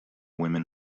women